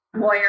lawyer